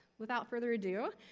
without further ado,